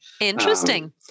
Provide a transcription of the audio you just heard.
interesting